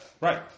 right